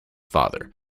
father